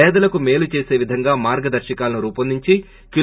పేదలకు మేలు చేసేలా మార్గదర్పకాలు రూపొందించి కి